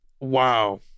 Wow